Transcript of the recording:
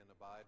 abide